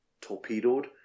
torpedoed